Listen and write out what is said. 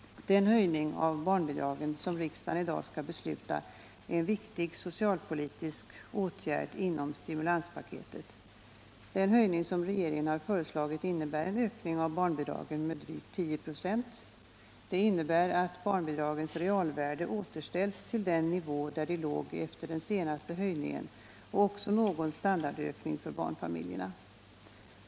Den höjning av barnbidragen som riksdagen i dag skall besluta om är en viktig socialpolitisk åtgärd inom stimulanspaketet. Den höjning som regeringen har föreslagit innebär en ökning av barnbidragen med drygt 10 26. Det innebär att barnbidragens realvärde återställs till den nivå, där de låg efter den senaste höjningen, och också någon standardökning för barnfamiljerna.